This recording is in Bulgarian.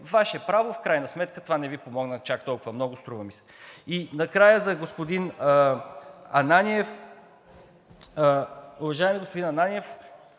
Ваше право! В крайна сметка това не Ви помогна чак толкова много, струва ми се. И накрая за господин Ананиев. Уважаеми господин Ананиев,